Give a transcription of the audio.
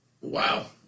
Wow